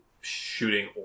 shooting